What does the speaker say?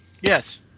Yes